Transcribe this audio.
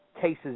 cases